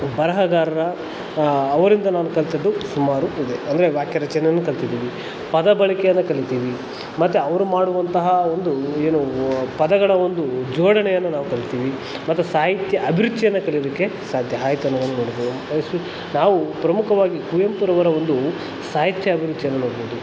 ಬರಹಗಾರರ ಅವರಿಂದ ನಾನು ಕಲಿತದ್ದು ಸುಮಾರು ಇದೆ ಅಂದರೆ ವಾಕ್ಯರಚನೆನೂ ಕಲಿತಿದ್ದೀನಿ ಪದಬಳಕೆನ ಕಲಿತೀವಿ ಮತ್ತು ಅವರು ಮಾಡುವಂತಹ ಒಂದು ಏನು ಪದಗಳ ಒಂದು ಜೋಡಣೆಯನ್ನು ನಾವು ಕಲಿತೀವಿ ಮತ್ತು ಸಾಹಿತ್ಯ ಅಭಿರುಚಿಯನ್ನು ಕಲಿಯೋದಕ್ಕೆ ಸಾಧ್ಯ ಆಯ್ತು ಅನ್ನೋದನ್ನು ನೋಡ್ಬೋದು ನಾವು ಪ್ರಮುಖವಾಗಿ ಕುವೆಂಪುರವರ ಒಂದು ಸಾಹಿತ್ಯ ಅಭಿರುಚಿಯನ್ನು ನೋಡ್ಬೋದು